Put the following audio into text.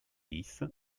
dix